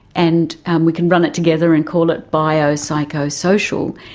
and and we can run it together and call it biopsychosocial,